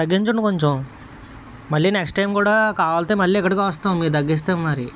తగ్గించండి కొంచెం మళ్ళీ నెక్స్ట్ టైం కూడా కావాల్సి వస్తే మళ్ళీ ఇక్కడికే వస్తాం మీరు తగ్గిస్తే మరి